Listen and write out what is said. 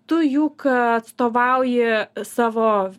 tu juk atstovauji savo